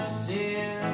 sin